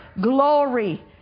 glory